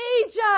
Egypt